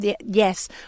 Yes